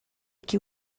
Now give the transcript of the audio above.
qui